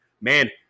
Man